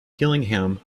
gillingham